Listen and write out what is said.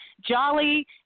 jolly